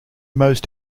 most